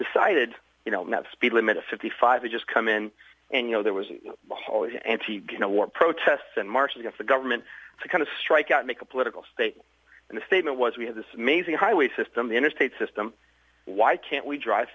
decided you know that speed limit of fifty five just come in and you know there was always an anti war protests and marches against the government to kind of strike out make a political state and the statement was we have this amazing highway system the interstate system why can't we drive